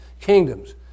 kingdoms